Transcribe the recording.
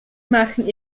machen